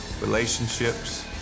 relationships